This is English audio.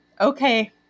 okay